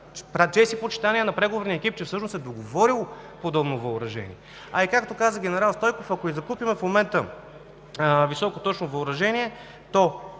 чест и почитание на преговорния екип, че всъщност е договорило подобно въоръжение. А и както каза генерал Стойков, ако закупим в момента високоточно въоръжение, то,